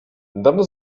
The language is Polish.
dawno